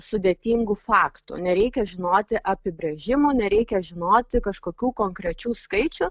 sudėtingų faktų nereikia žinoti apibrėžimų nereikia žinoti kažkokių konkrečių skaičių